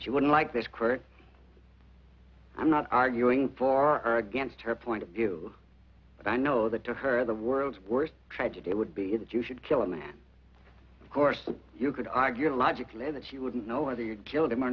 she wouldn't like this court i'm not arguing for or against her point of view but i know that to her the world's worst tragedy would be that you should kill him and of course you could argue logically that she wouldn't know whether you'd killed him or